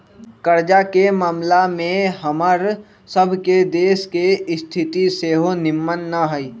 कर्जा के ममला में हमर सभ के देश के स्थिति सेहो निम्मन न हइ